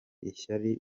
ishyari